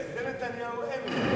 זה נתניהו, אין לו.